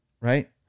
right